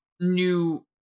new